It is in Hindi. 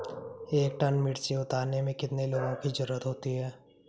एक टन मिर्ची उतारने में कितने लोगों की ज़रुरत होती है?